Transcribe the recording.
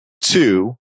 Two